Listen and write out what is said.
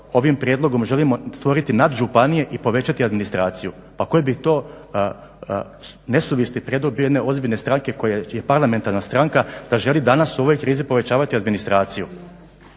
ovim prijedlogom želimo stvoriti nadžupanije i povećati administraciju? Pa koji bi to nesuvisli prijedlog bio jedne ozbiljne stranke koja je parlamentarna stranka da želi danas u ovoj krizi povećavati administraciju.